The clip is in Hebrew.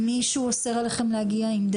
כמה דיווחים על אלימות הגיעו למשטרה,